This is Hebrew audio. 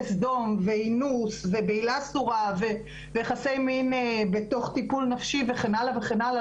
סדום ואינוס ובעילה אסורה ויחסי מין בתוך טיפול נפשי וכן הלאה וכן הלאה,